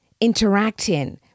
interacting